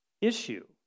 issue